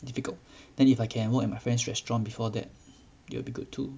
difficult then if I can work ay my friend's restaurant before that it will be good too